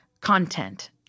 content